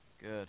Good